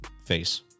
face